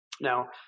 Now